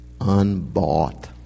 unbought